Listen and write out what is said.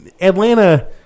Atlanta